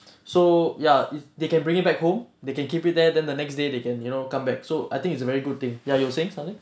so ya if they can bring it back home they can keep it there then the next day they can you know come back so I think it's a very good thing ya you were saying something